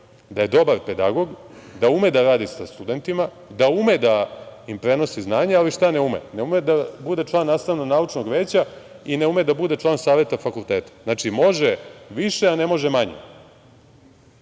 da je dobar pedagog, da ume da radi sa studentima, da ume da im prenosi znanja, ali šta ne ume, ne ume da bude član nastavno-naučnog veća i ne ume da bude član Saveta fakulteta. Znači, može više, a ne može manje.